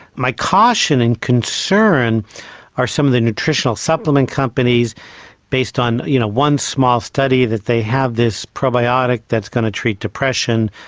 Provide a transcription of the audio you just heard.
my caution and concern are some of the nutritional supplement companies based on you know one small study that they have this probiotic that's going to treat depression,